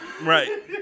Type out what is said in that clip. Right